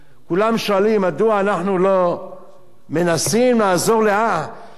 כולם שואלים מדוע אנחנו לא מנסים לעזור למורדים,